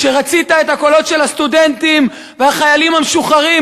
כשרצית את הקולות של הסטודנטים והחיילים המשוחררים,